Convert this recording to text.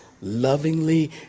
lovingly